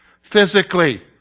physically